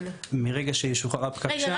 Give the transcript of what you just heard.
מרגע שישוחרר הפקק שם --- רגע,